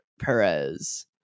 Perez